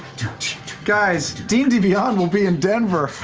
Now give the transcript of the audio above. guys, d and d beyond will be in denver.